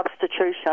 substitution